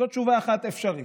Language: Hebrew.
זאת תשובה אחת אפשרית.